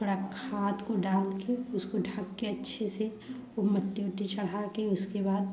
थोड़ा खाद को डाल के उसको ढ़क के अच्छे से खूब मिट्टी वट्टी चढ़ा के उसके बाद